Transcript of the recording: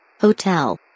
Hotel